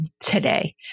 today